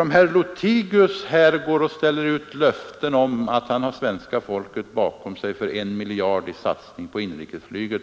Om herr Lothigius här ställer ut löften om att han har svenska folket bakom sig för en satsning på inrikesflyget med 1 miljard